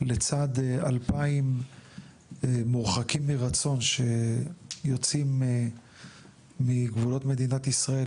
לצד 2,000 מורחקים מרצון שיוצאים מגבולות מדינת ישראל,